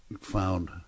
found